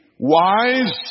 Wise